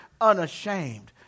unashamed